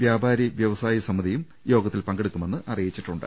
വ്യാപാരി വ്യവസായ സമിതിയും യോഗത്തിൽ പങ്കെടുക്കുമെന്ന് അറിയിച്ചിട്ടുണ്ട്